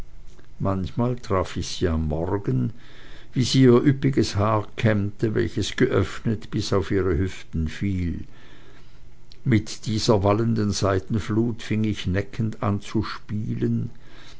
manchmal traf ich sie am morgen wie sie ihr üppiges haar kämmte welches geöffnet bis auf ihre hüften fiel mit dieser wallenden seidenflut fing ich neckend an zu spielen